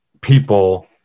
people